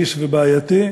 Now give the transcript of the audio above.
רגיש ובעייתי,